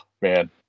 man